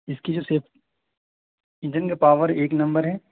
اس کی جو سیپ انجن کا پاور ایک نمبر ہے